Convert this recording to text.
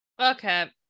okay